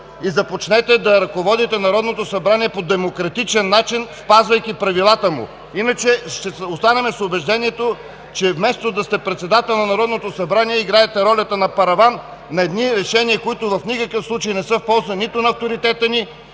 Започнете да ръководите Народно събрание по демократичен начин, спазвайки правилата му! Иначе ще останем с убеждението, че вместо да сте председател на Народно събрание, играете ролята на параван на едни решения, които в никакъв случай не са в полза нито на авторитета ни,